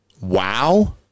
wow